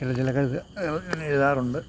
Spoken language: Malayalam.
ചില ചില കഥ എഴുതാറുണ്ട്